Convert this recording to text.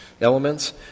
elements